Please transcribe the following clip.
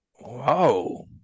Whoa